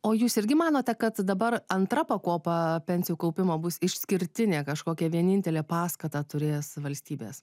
o jūs irgi manote kad dabar antra pakopa pensijų kaupimo bus išskirtinė kažkokia vienintelė paskatą turės valstybės